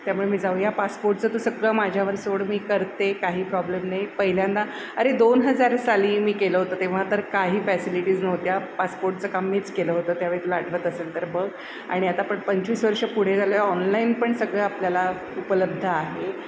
त्यामुळे मी जाऊया पासपोर्टचं तू सगळं माझ्यावर सोड मी करते काही प्रॉब्लेम नाही पहिल्यांदा अरे दोन हजार साली मी केलं होतं तेव्हा तर काही फॅसिलिटीज नव्हत्या पासपोर्टचं काम मीच केलं होतं त्यावेळी तुला आठवत असेल तर बघ आणि आता आपण पंचवीस वर्ष पुढे झालो आहे ऑनलाईन पण सगळं आपल्याला उपलब्ध आहे